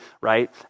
right